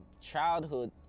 childhood